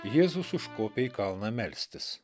jėzus užkopė į kalną melstis